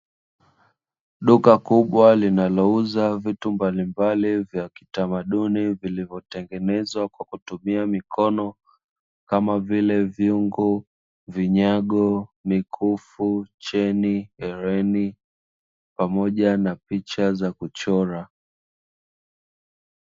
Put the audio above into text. Duka kubwa linalouza vitu mbalimbali vya kitamaduni vilivyotengenezwa kwa kutumia mikono, kama vile vyungu, vinyago, mikufu, cheni, hereni pamoja na picha za kuchora.